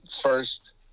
first